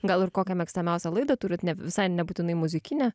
gal ir kokią mėgstamiausią laidą turit ne visai nebūtinai muzikinę